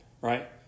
right